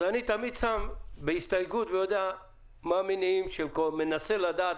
אז אני תמיד שם בהסתייגות ומנסה לדעת